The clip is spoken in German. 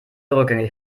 rückgängig